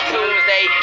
Tuesday